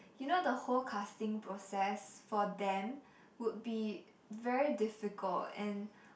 you know the whole casting process for them would be very difficult and